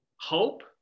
hope